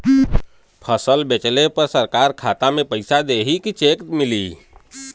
फसल बेंचले पर सरकार खाता में पैसा देही की चेक मिली?